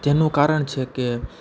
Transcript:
તેનું કારણ છે કે